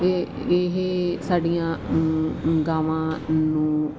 ਇਹ ਇਹ ਸਾਡੀਆਂ ਗਾਵਾਂ ਨੂੰ